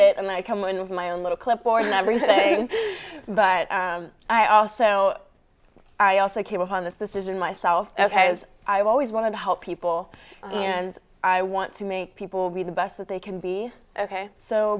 it and i come in with my own little clipboard and everything but i also i also came upon this decision myself as i always want to help people and i want to make people be the best that they can be ok so